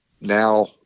now